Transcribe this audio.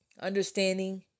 Understanding